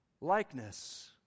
likeness